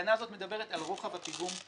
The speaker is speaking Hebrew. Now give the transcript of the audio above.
התקנה הזאת מדברת על רוחב הפיגום,